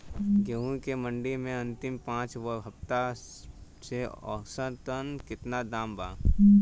गेंहू के मंडी मे अंतिम पाँच हफ्ता से औसतन केतना दाम बा?